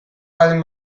baldin